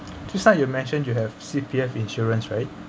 just now you mentioned you have C_P_F insurance right